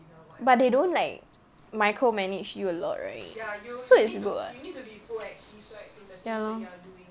but they don't like micro manage you a lot right so it's good what ya lor